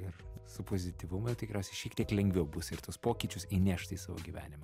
ir su pozityvumu tikriausiai šiek tiek lengviau bus ir tuos pokyčius įnešt į savo gyvenimą